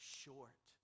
short